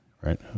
Right